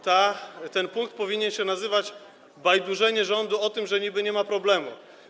Ten punkt powinien się nazywać: bajdurzenie rządu o tym, że niby nie ma problemu.